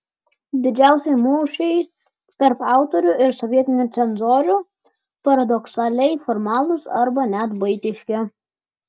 didžiausi mūšiai tarp autorių ir sovietinių cenzorių paradoksaliai formalūs arba net buitiški